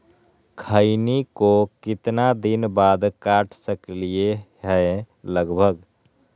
खैनी को कितना दिन बाद काट सकलिये है लगभग?